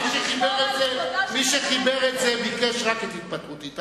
מי שחיבר את זה ביקש רק את התפטרותי,